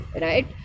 right